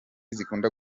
zikunda